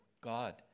God